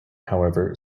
however